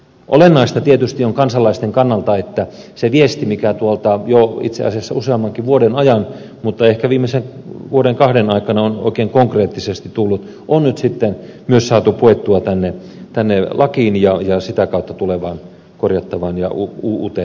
olennaista tietysti kansalaisten kannalta on että se viesti mikä tuolta jo itse asiassa useammankin vuoden ajan mutta ehkä viimeisen vuoden kahden aikana on oikein konkreettisesti tullut on nyt sitten saatu puettua myös tänne lakiin ja sitä kautta tulevaan korjattavaan uuteen asetukseen